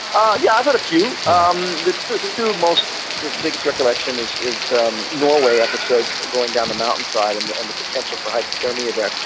ah yeah, i have had a few, um the sort of two most biggest recollection is is um norway episode going down the mountain side and the and the potential for hypothermia there.